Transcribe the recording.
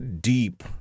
deep